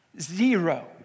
zero